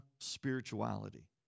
spirituality